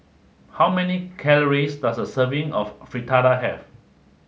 how many calories does a serving of Fritada have